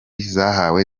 zahawe